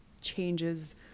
changes